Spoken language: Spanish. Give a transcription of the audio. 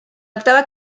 octava